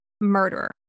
murderer